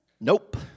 Nope